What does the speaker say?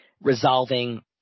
resolving